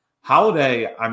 Holiday